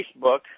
Facebook